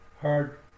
hard